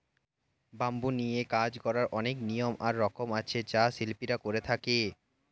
bamboo নিয়ে কাজ করার অনেক নিয়ম আর রকম আছে যা শিল্পীরা করে থাকে